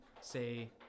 Say